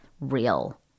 real